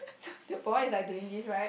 the boy is like doing this right